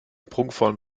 prunkvollen